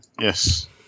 Yes